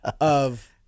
of-